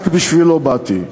רק בשבילו באתי.